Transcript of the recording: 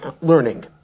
learning